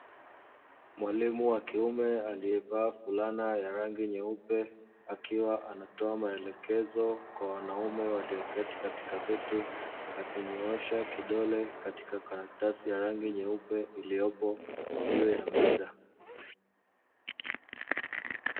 Mwalimu wa kiume aliye vaa fulana ya rangi nyeupe, akiwa anatoa maelekezo kwa wanaume walioketi katika viti, akinyoosha kidole katika karatasi ya rangi nyeupe iliyopo juu ya meza.